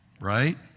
right